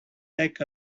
take